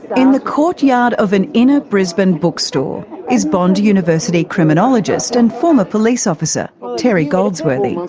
in the courtyard of an inner brisbane bookstore is bond university criminologist and former police officer terry goldsworthy.